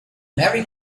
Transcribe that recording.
merry